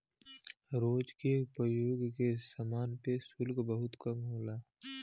रोज के उपयोग के समान पे शुल्क बहुत कम होला